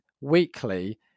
weekly